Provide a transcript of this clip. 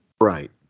Right